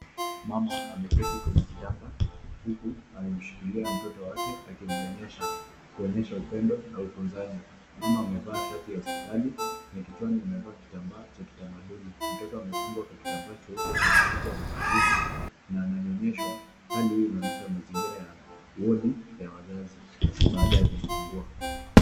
Mama ameketi kwenye kitanda huku amemshikilia mtoto wake akimnyonyesha kuonyesha upendo na utunzaji. Mama amevaa shati ya hospitali na kichwani amevaa kitambaa cha kitamaduni. Mtoto amefungwa kwa kitambaa cheupe chenye picha za katuni na ananyonyeshwa, hali hii inaonyesha mazingira ya wodi ya wazazi baada ya kujifungua.